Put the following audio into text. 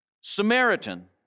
Samaritan